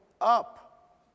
up